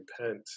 repent